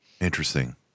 Interesting